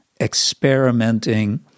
experimenting